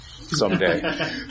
someday